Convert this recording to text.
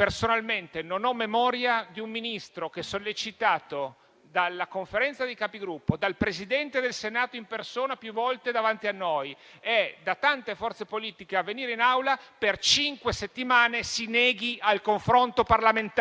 Personalmente non ho memoria di un Ministro che, sollecitato dalla Conferenza dei Capigruppo, dal Presidente del Senato in persona più volte davanti a noi e da tante forze politiche a venire in Aula, per cinque settimane si neghi al confronto parlamentare.